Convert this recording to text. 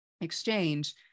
exchange